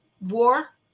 war